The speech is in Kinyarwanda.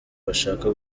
bashaka